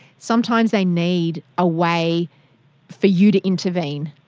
sometimes they need a way for you to intervene,